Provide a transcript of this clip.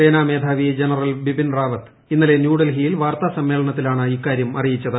സേനാമേധാവി General Bipin Rawat ഇന്നലെ ന്യൂഡൽഹിയിൽ വാർത്താ സമ്മേളനത്തിലാണ് ഇക്കാര്യം അറിയിച്ചത്